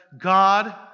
God